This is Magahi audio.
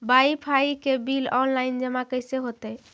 बाइफाइ के बिल औनलाइन जमा कैसे होतै?